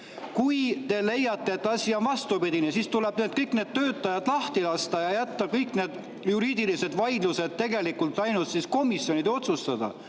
Kui te leiate, et asi on vastupidine, siis tuleb kõik need töötajad seal lahti lasta ja jätta kõik need juriidilised vaidlused ainult komisjonide otsustada.